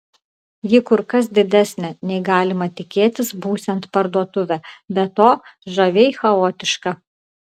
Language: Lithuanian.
ji kur kas didesnė nei galima tikėtis būsiant parduotuvę be to žaviai chaotiška